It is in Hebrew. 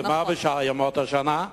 ומה בשאר ימות השנה?